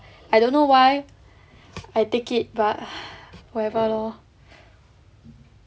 I don't know why I take it but whatever lor